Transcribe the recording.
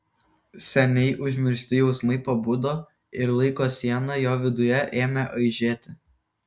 seniai užmiršti jausmai pabudo ir laiko siena jo viduje ėmė aižėti